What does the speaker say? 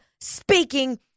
speaking